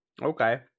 Okay